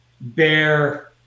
bear